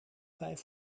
vijf